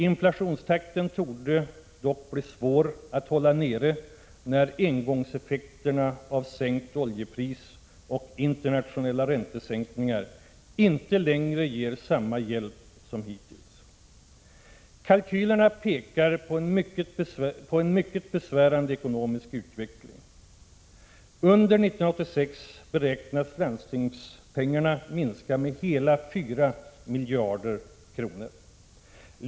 Inflationstakten torde dock bli svår att hålla nere när engångseffekterna av sänkt oljepris och internationella räntesänkningar inte längre ger samma hjälp som hittills. Kalkylerna pekar på en mycket besvärande ekonomisk utveckling. Under 1986 beräknas ”landstingspengarna” minska med hela 4 miljarder kronor.